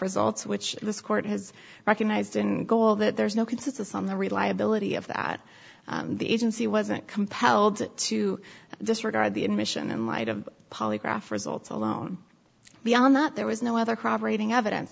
results which this court has recognized in goal that there's no consensus on the reliability of that the agency wasn't compelled to disregard the admission in light of polygraph results alone beyond that there was no other corroborating evidence